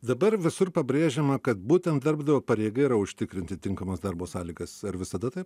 dabar visur pabrėžiama kad būtent darbdavio pareiga yra užtikrinti tinkamas darbo sąlygas ar visada taip